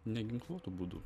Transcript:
neginkluotu būdu